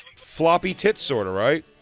floppy tits sort of, right?